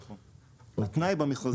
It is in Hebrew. נכון, נכון.